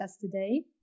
today